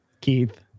Keith